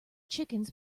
chickens